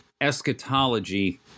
eschatology